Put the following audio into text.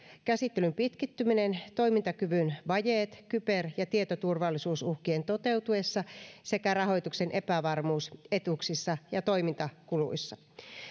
käsittelyn pitkittyminen toimintakyvyn vajeet kyber ja tietoturvallisuusuhkien toteutuessa sekä rahoituksen epävarmuus etuuksissa ja toimintakuluissa